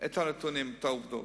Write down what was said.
את הנתונים, את העובדות.